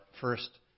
first